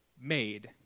made